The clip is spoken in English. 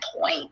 point